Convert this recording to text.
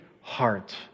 heart